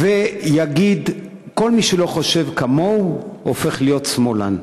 ויגיד שכל מי שלא חושב כמוהו, הופך להיות שמאלן.